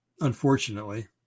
unfortunately